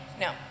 No